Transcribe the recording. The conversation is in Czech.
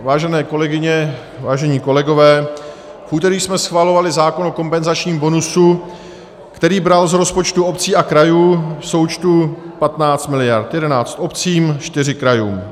Vážené kolegyně, vážení kolegové, v úterý jsme schvalovali zákon o kompenzačním bonusu, který bral z rozpočtu obcí a krajů v součtu 15 miliard 11 obcím, 4 krajům.